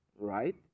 Right